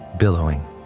billowing